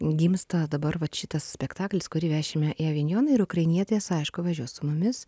gimsta dabar vat šitas spektaklis kurį vešime į avinjoną ir ukrainietės aišku važiuos su mumis